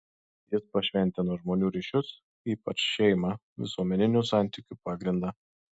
jis pašventino žmonių ryšius ypač šeimą visuomeninių santykių pagrindą